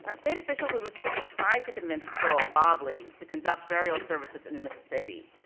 ah state officials of mississippi tried to convince till-mobley to conduct burial services in mississippi,